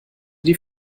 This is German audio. die